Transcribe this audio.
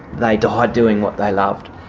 they died doing what they loved